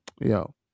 Yo